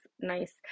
nice